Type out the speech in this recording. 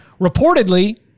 Reportedly